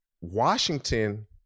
Washington